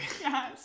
Yes